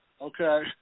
Okay